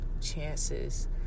chances